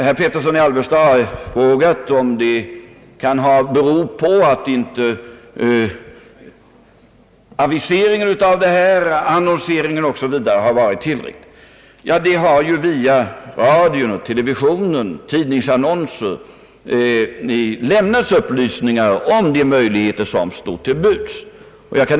Herr Erik Filip Petersson har frågat om detta kan ha berott på att ifrågavarande utbildningsmöjligheter inte har utannonserats i tillräcklig omfattning. Det har ju via radion, televisionen och i tidningsannonser lämnats upplysningar om de möjligheter som stod till buds.